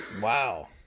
Wow